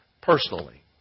personally